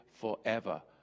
forever